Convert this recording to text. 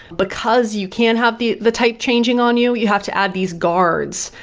because you can't have the the type changing on you, you have to add these guards,